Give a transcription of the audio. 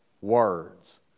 words